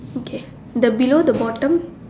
okay the below the bottom